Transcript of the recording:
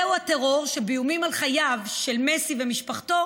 זה הטרור שבאיומים על חייו של מסי ומשפחתו